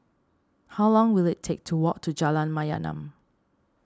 how long will it take to walk to Jalan Mayaanam